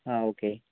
ആ ഓക്കേ